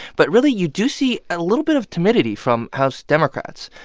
but really, you do see a little bit of timidity from house democrats.